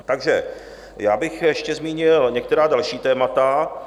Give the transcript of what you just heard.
Takže já bych ještě zmínil některá další témata.